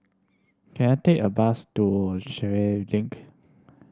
can I take a bus to Sheare Link